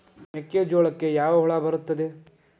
ಮೆಕ್ಕೆಜೋಳಕ್ಕೆ ಯಾವ ಹುಳ ಬರುತ್ತದೆ?